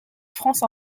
france